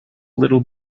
little